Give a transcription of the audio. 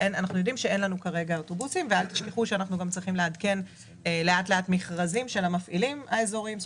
אל תשכחו שאנחנו צריכים לעדכן מכרזים של המפעילים האזוריים.